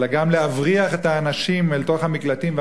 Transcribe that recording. אלא גם להבריח את האנשים אל תוך המקלטים והממ"דים,